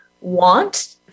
want